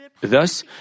Thus